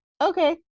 Okay